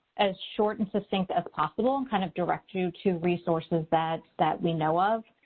as short and succinct as possible, and kind of direct you to resources that, that we know of.